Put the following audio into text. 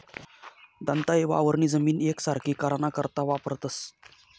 दंताये वावरनी जमीन येकसारखी कराना करता वापरतंस